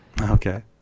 Okay